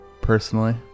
personally